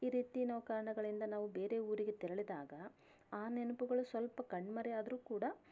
ಈ ರೀತಿ ನಾವು ಕಾರಣಗಳಿಂದ ನಾವು ಬೇರೆ ಊರಿಗೆ ತೆರಳಿದಾಗ ಆ ನೆನಪುಗಳು ಸ್ವಲ್ಪ ಕಣ್ಮರೆ ಆದರೂ ಕೂಡ